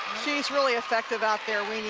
is really effective out there, wynja,